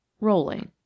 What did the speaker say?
rolling